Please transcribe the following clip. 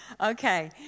Okay